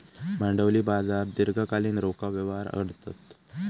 भांडवली बाजार दीर्घकालीन रोखा व्यवहार करतत